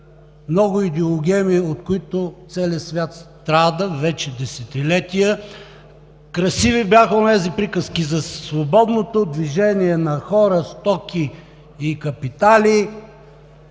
много идеологеми, от които целият свят страда вече десетилетия. Красиви бяха онези приказки за свободното движение на хора, стоки и капитали.